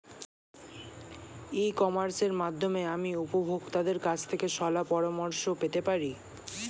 ই কমার্সের মাধ্যমে আমি উপভোগতাদের কাছ থেকে শলাপরামর্শ পেতে পারি?